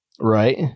right